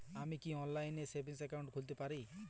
আমি কি অনলাইন এ সেভিংস অ্যাকাউন্ট খুলতে পারি?